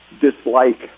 dislike